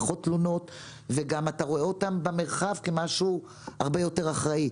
תלונות ואתה גם רואה את הנהגים במרחב כמשהו הרבה יותר אחראי.